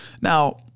Now